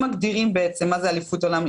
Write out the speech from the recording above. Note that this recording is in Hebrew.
הם מגדירים מה זה אליפות עולם.